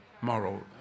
moral